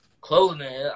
clothing